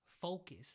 focus